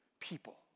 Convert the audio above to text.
people